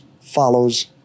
follows